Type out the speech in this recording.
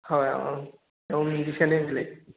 হয় অ'